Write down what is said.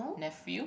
nephew